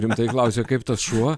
rimtai klausė kaip tas šuo